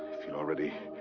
feel already.